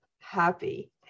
happy